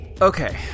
okay